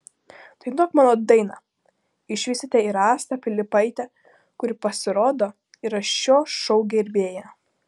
dainuok mano dainą išvysite ir astą pilypaitę kuri pasirodo yra šio šou gerbėja